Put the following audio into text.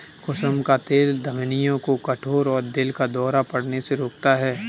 कुसुम का तेल धमनियों को कठोर और दिल का दौरा पड़ने से रोकता है